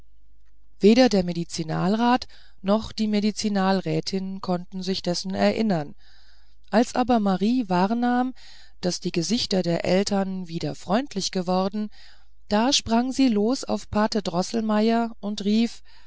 weder der medizinalrat noch die medizinalrätin konnten sich dessen erinnern als aber marie wahrnahm daß die gesichter der eltern wieder freundlich geworden da sprang sie los auf pate droßelmeier und rief